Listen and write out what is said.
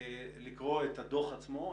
לקרוא את הדוח עצמו,